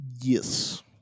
Yes